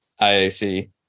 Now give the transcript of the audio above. iac